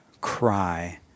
cry